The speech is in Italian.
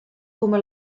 come